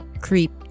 creep